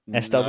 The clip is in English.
SW